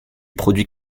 produit